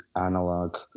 analog